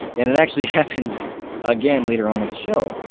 and it actually happens again, later on in the show.